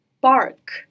bark